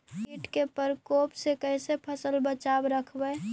कीट के परकोप से कैसे फसल बचाब रखबय?